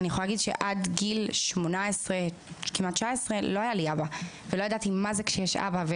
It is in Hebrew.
אני יכולה להגיד שעד גיל 18 לא היה לי אבא ולא ידעתי מה זה כשיש אבא.